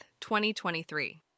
2023